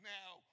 now